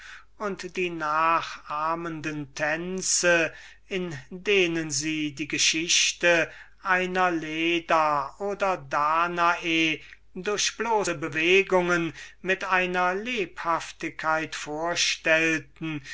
und die nachahmenden tänze in denen sie die geschichte der leda oder danae durch bloße bewegungen mit einer lebhaftigkeit vorstellten